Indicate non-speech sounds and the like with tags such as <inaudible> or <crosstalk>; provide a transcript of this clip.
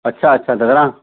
अच्छा अच्छा <unintelligible>